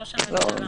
ראש הממשלה.